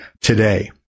today